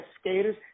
skaters